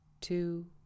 two